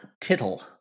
tittle